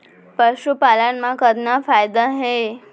पशुपालन मा कतना फायदा हे?